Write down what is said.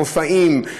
מופעים,